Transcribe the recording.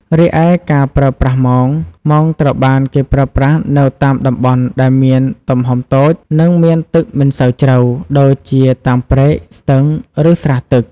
រីឯការប្រើប្រាស់មង មងត្រូវបានគេប្រើប្រាស់នៅតាមតំបន់ដែលមានទំហំតូច និងមានទឹកមិនសូវជ្រៅ ដូចជាតាមព្រែក ស្ទឹង ឬស្រះទឹក។